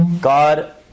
God